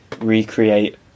recreate